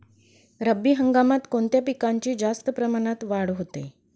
रब्बी हंगामात कोणत्या पिकांची जास्त प्रमाणात वाढ होते?